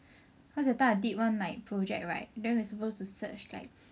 cause that I did one like project right then we supposed to search like